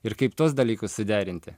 ir kaip tuos dalykus suderinti